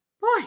boy